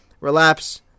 relapse